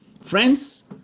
Friends